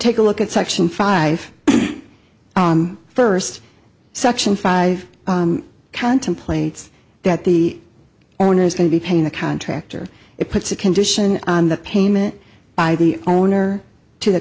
take a look at section five first section five contemplates that the owner is going to be paying the contractor it puts a condition on the payment by the owner to the